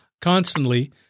constantly